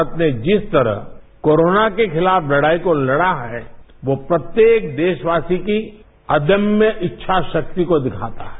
भारत ने जिस तरह कोरोना के खिलाफ लड़ाई को लड़ा है वो प्रत्येक देशवासी की अदम्य इच्छा शक्ति को दर्शाता है